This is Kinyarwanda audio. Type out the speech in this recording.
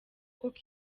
koko